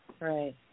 right